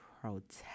protect